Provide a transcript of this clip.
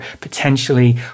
potentially